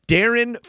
Darren